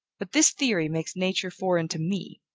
but this theory makes nature foreign to me,